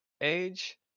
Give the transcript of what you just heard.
age